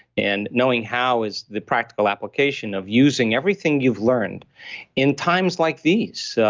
and knowing how is the practical application of using everything you've learned in times like these, so